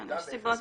יש ירידה ב-0.1.